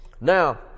Now